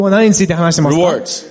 rewards